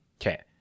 okay